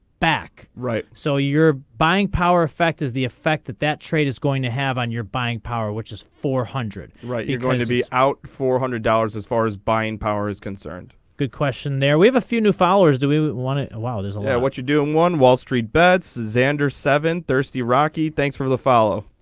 back right so your buying power effect is the effect that that trade is going to have on your buying power which is four hundred right you're going to be out four hundred dollars as far as buying power is concerned. good question there we have a few new followers do we we want to allow is that yeah what you're doing one wall street bad so xander seven thirsty rocky thanks for the follow.